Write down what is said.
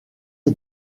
est